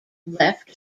left